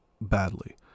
badly